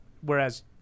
whereas